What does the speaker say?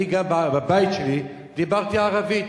אני גם בבית שלי דיברתי ערבית,